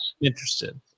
interested